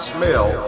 Smell